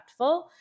impactful